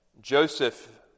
Joseph